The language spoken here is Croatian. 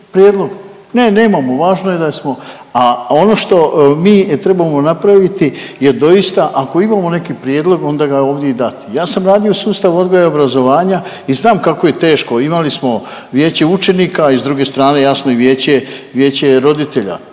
prijedlog? Ne nemamo, važno je da smo, a ono što mi trebamo napraviti je doista ako imamo neki prijedlog onda ga ovdje i dati. Ja sam radio u sustavu odgoja i obrazovanja i znam kako je teško, imali smo Vijeće učenika i s druge strane jasno i Vijeće roditelja.